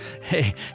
Hey